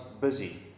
busy